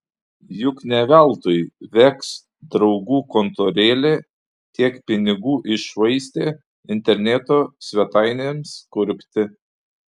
juk ne veltui veks draugų kontorėlė tiek pinigų iššvaistė interneto svetainėms kurpti